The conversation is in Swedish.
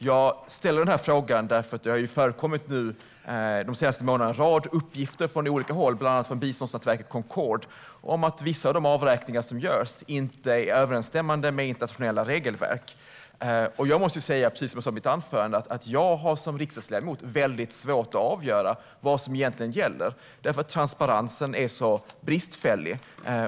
Jag ställer denna fråga eftersom det under de senaste månaderna har förekommit en rad uppgifter från olika håll, bland annat från biståndsnätverket Concord, om att vissa av de avräkningar som görs inte är överensstämmande med internationella regelverk. Precis som jag sa i mitt anförande har jag som riksdagsledamot väldigt svårt att avgöra vad som egentligen gäller, för transparensen är så bristfällig.